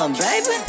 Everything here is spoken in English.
baby